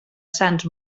sants